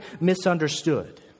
misunderstood